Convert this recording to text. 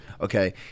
okay